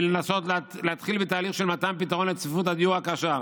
ולנסות להתחיל בתהליך של מתן פתרון לצפיפות הדיור הקשה,